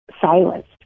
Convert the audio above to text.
silenced